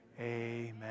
amen